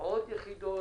עוד יחידות